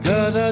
God